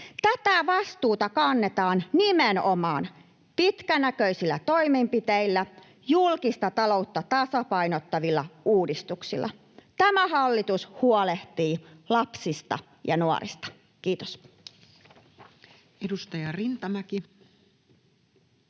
Tätä vastuuta kannetaan nimenomaan pitkänäköisillä toimenpiteillä ja julkista taloutta tasapainottavilla uudistuksilla. Tämä hallitus huolehtii lapsista ja nuorista. — Kiitos. [Speech 284]